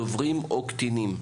דוברים או קטינים,